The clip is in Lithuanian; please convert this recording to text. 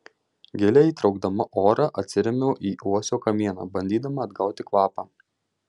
giliai traukdama orą atsirėmiau į uosio kamieną bandydama atgauti kvapą